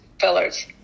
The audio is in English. fillers